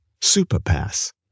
Superpass